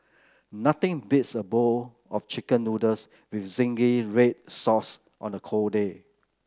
nothing beats a bowl of chicken noodles with zingy red sauce on a cold day